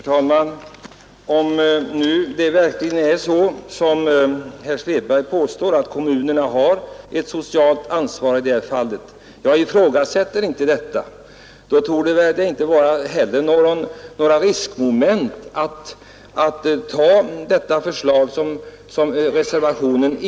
Herr talman! Om det nu verkligen är så som herr Svedberg påstår, att kommunerna har ett socialt ansvar i det här fallet — jag ifrågasätter inte detta — torde det inte heller vara några riskmoment förenade med att anta förslaget i reservationen.